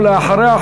ואחריה,